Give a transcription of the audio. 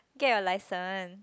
get your license